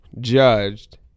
judged